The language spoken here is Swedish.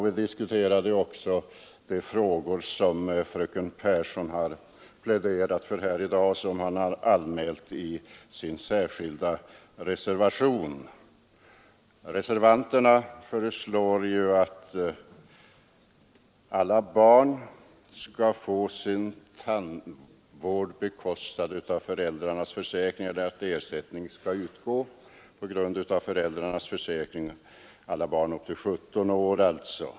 Vi diskuterade också de frågor som fröken Pehrsson har pläderat för här i dag och som hon har anmält i sitt särskilda yttrande. Jag kan därför fatta mig ganska kort. Reservanterna föreslår att alla barn skall få sin tandvård bekostad av föräldrarnas försäkring — ersättning skall utgå på grund av föräldrarnas försäkring för alla barn upp till 17 år.